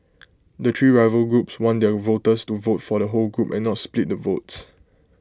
the three rival groups want their voters to vote for the whole group and not split the votes